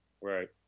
Right